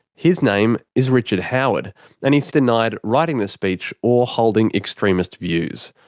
his name is richard howard and he's denied writing the speech or holding extremist views.